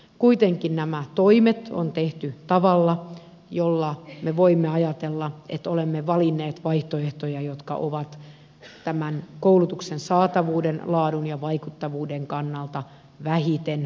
kuitenkin nämä toimet on tehty tavalla jolla voimme näin ajatella olemme valinneet vaihtoehtoja jotka ovat tämän koulutuksen saatavuuden laadun ja vaikuttavuuden kannalta vähiten riskialttiita